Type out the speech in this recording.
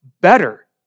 better